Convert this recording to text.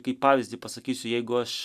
kaip pavyzdį pasakysiu jeigu aš